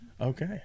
okay